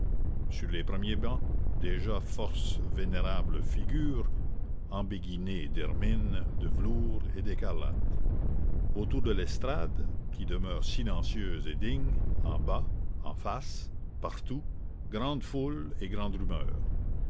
sur les premiers bancs déjà force vénérables figures embéguinées d'hermine de velours et d'écarlate autour de l'estrade qui demeure silencieuse et digne en bas en face partout grande foule et grande rumeur